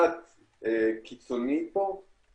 לכן רציתי לומר אותה.